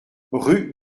rue